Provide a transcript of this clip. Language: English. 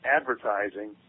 advertising